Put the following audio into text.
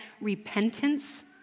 repentance